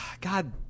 God